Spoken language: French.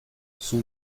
son